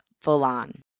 full-on